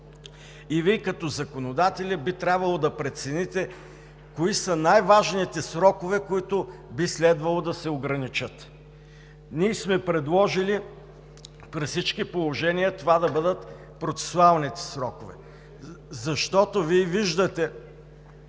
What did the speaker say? Вие като законодатели би трябвало да прецените кои са най-важните срокове, които би следвало да се ограничат. Ние сме предложили при всички положения това да бъдат процесуалните срокове, защото Вие виждате,